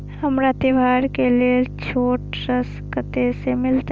हमरा त्योहार के लेल छोट ऋण कते से मिलते?